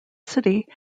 city